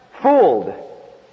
fooled